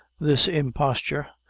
this imposture,